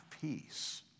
peace